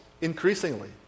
increasingly